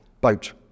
boat